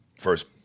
first